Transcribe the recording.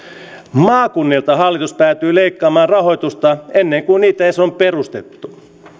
maakunnilta hallitus päätyi leikkaamaan rahoitusta ennen kuin niitä on edes perustettu